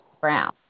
Brown